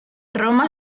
roma